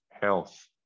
Health